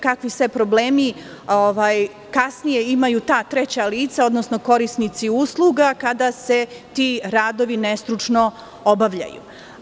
Kakvi sve problemi kasnije imaju ta treća lica, odnosno korisnici usluga kada se ti radovi nestručno obavljaju.